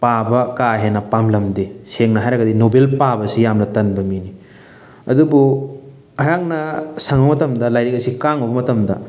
ꯄꯥꯕ ꯀꯥ ꯍꯦꯟꯅ ꯄꯥꯝꯂꯝꯗꯦ ꯁꯦꯡꯅ ꯍꯥꯏꯔꯒꯗꯤ ꯅꯣꯕꯦꯜ ꯄꯥꯕꯁꯤ ꯌꯥꯝꯅ ꯇꯟꯕ ꯃꯤꯅꯤ ꯑꯗꯨꯕꯨ ꯑꯩꯍꯥꯛꯅ ꯁꯪꯕ ꯃꯇꯝꯗ ꯂꯥꯏꯔꯤꯛ ꯑꯁꯤ ꯀꯥꯡꯉꯨꯕ ꯃꯇꯝꯗ